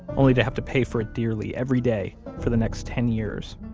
only to have to pay for it dearly every day for the next ten years